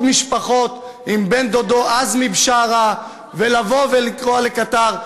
משפחות עם בן-דודו עזמי בשארה ולבוא לקטאר.